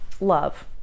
love